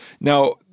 Now